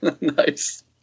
nice